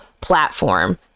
platform